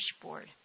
dashboard